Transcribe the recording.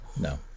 No